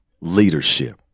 leadership